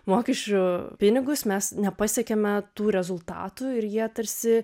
mokesčių pinigus mes nepasiekėme tų rezultatų ir jie tarsi